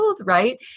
Right